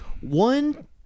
One